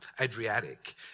Adriatic